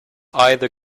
either